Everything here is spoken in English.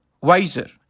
wiser